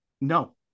No